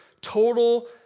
total